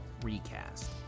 recast